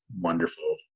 wonderful